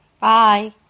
Bye